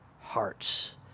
hearts